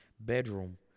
Bedroom